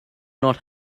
not